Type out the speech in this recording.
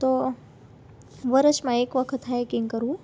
તો વર્ષમાં એક વખત હાઈકિંગ કરવું